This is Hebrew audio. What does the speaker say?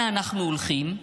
אנה אנחנו הולכים,